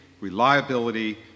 reliability